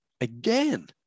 again